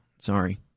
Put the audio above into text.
sorry